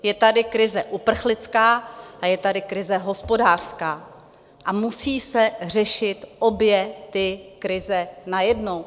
Je tady krize uprchlická a je tady krize hospodářská a musí se řešit obě ty krize najednou.